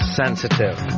sensitive